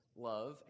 love